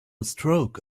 stroke